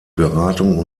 beratung